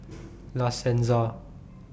La Senza